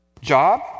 Job